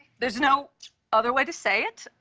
there's no other way to say it.